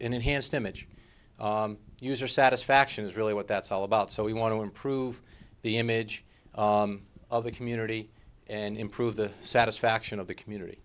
enhanced image user satisfaction is really what that's all about so we want to improve the image of the community and improve the satisfaction of the community